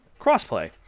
Crossplay